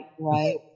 Right